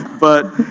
but